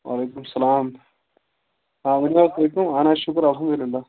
وعلیکُم السلام آ ؤنِو حظ تُہۍ کَم اہن حظ شُکُر الحمدُ اللہ